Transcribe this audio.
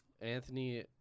Anthony